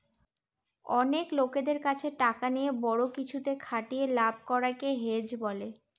অনেক লোকদের কাছে টাকা নিয়ে বড়ো কিছুতে খাটিয়ে লাভ করাকে হেজ বলে